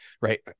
right